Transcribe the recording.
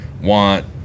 want